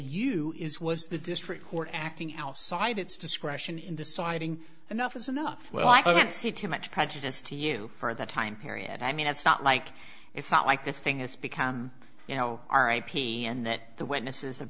is was the district court acting outside it's discretion in the siding enough is enough well i don't see too much prejudice to you for the time period i mean it's not like it's not like this thing has become you know r i p and that the witnesses have